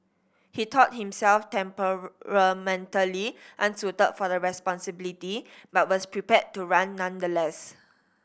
he thought himself temperamentally unsuited for the responsibility but was prepared to run nonetheless